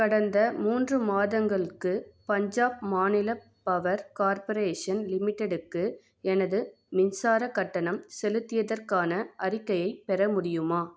கடந்த மூன்று மாதங்களுக்கு பஞ்சாப் மாநில பவர் கார்ப்பரேஷன் லிமிட்டெடுக்கு எனது மின்சாரக் கட்டணம் செலுத்தியதற்கான அறிக்கையைப் பெற முடியுமா